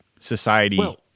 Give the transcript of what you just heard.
society